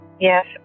Yes